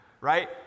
right